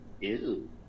ew